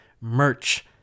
merch